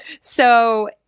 so-